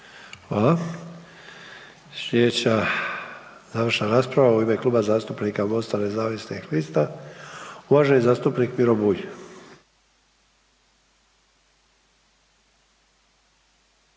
Hvala. Sljedeća završna rasprava u ime Kluba zastupnika Mosta nezavisnih lista uvaženi zastupnik Miro Bulj.